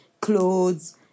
clothes